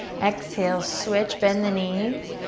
exhale switch, bend the knees,